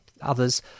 others